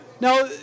Now